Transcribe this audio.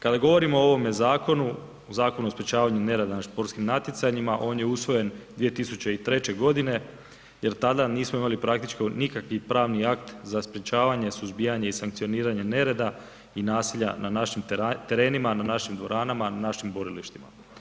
Kada govorimo o ovome zakonu, Zakonu o sprečavanju nereda na sportskim natjecanjima, on je usvojen 2003. godine jel tada nismo imali praktički nikakvi pravni akt za sprečavanje, suzbijanje i sankcioniranje nereda i nasilja na našim terenima, na našim dvoranama, na našim borilištima.